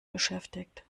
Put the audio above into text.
beschäftigt